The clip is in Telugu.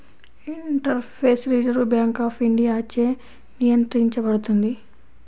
ఇంటర్ఫేస్ రిజర్వ్ బ్యాంక్ ఆఫ్ ఇండియాచే నియంత్రించబడుతుంది